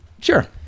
Sure